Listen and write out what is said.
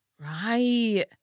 Right